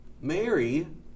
Mary